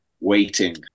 waiting